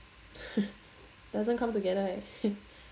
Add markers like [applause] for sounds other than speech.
[laughs] doesn't come together eh